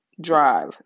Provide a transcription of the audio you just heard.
drive